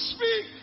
Speak